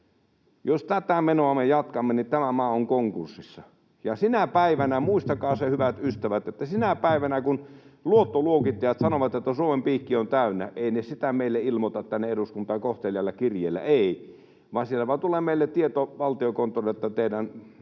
Jos tätä menoa me jatkamme, niin tämä maa on konkurssissa. Ja muistakaa se hyvät ystävät, että sinä päivänä, kun luottoluokittajat sanovat, että Suomen piikki on täynnä, eivät ne sitä meille ilmoita tänne eduskuntaan kohteliaalla kirjeellä, ei, vaan sieltä vain tulee meille tieto Valtiokonttorille, että teidän